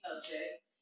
subject